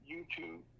YouTube